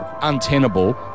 untenable